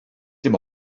dim